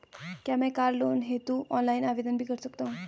क्या मैं car loan हेतु ऑनलाइन आवेदन भी कर सकता हूँ?